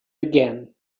again